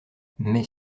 mais